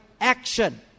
action